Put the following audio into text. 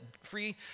free